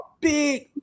big